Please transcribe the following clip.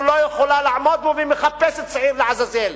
לא יכולה לעמוד בו והיא מחפשת שעיר לעזאזל.